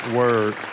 word